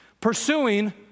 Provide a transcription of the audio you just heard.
Pursuing